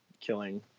killing